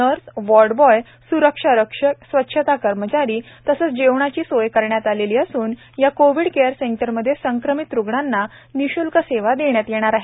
nurse ward boy सुरक्षा रक्षक स्वच्छता कर्मचारी तसेच जेवणाची सोय करण्यात आलेली असून या कोविड केअर सेंटरमध्ये संक्रमित रुग्णांना निश्ल्क सेवा देण्यात येणार आहे